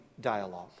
dialogue